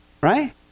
right